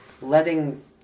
letting